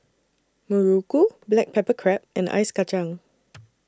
Muruku Black Pepper Crab and Ice Kachang